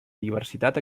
diversitat